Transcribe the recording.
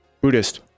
Buddhist